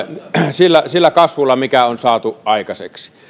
sillä sillä kasvulla mikä on saatu aikaiseksi